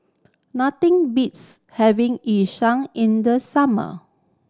nothing beats having Yu Sheng in the summer